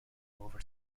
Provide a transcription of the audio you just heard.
over